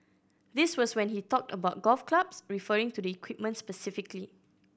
this was when he talked about golf clubs referring to the equipment specifically